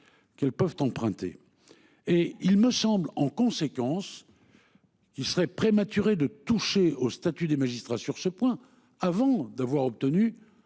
Qu'elles peuvent emprunter et il me semble en conséquence. Qu'il serait prématuré de toucher au statut des magistrats sur ce point avant d'avoir obtenu